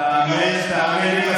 תאמין לי,